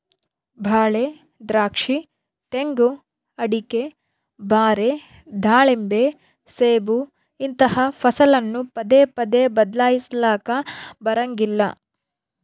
ಬಾಳೆ, ದ್ರಾಕ್ಷಿ, ತೆಂಗು, ಅಡಿಕೆ, ಬಾರೆ, ದಾಳಿಂಬೆ, ಸೇಬು ಇಂತಹ ಫಸಲನ್ನು ಪದೇ ಪದೇ ಬದ್ಲಾಯಿಸಲಾಕ ಬರಂಗಿಲ್ಲ